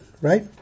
right